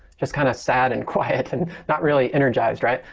just kind of sad and quiet and not really energized. right.